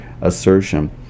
assertion